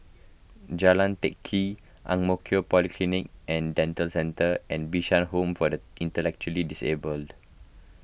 Jalan Teck Kee Ang Mo Kio Polyclinic and Dental Centre and Bishan Home for the Intellectually Disabled